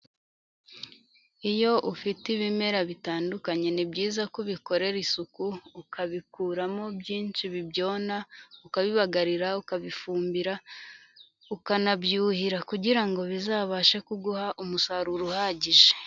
Iyo ufite ibimera bitandukanye ni byiza ko ubikorera isuku ukabikuramo byinshi bibyona ukabibagarira, ukabifumbira, ukanabyuhira kugira ngo bizabashe kuguha umusaruro uhagije.